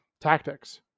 tactics